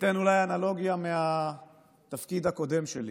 אולי אתן אנלוגיה מהתפקיד הקודם שלי.